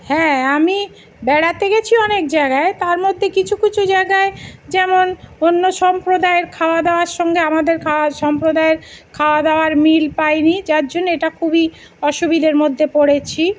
হ্যাঁ আমি বেড়াতে গিয়েছি অনেক জায়গায় তার মধ্যে কিছু কিছু জায়গায় যেমন অন্য সম্প্রদায়ের খাওয়া দাওয়ার সঙ্গে আমাদের খাওয়া সম্প্রদায়ের খাওয়া দাওয়ার মিল পাইনি যার জন্য এটা খুবই অসুবিধের মধ্যে পড়েছি